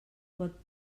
pot